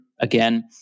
again